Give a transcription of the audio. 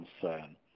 concern